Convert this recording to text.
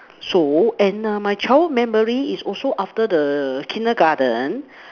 so and err my childhood memory is also after the Kindergarten